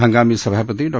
हंगामी सभापती डॉ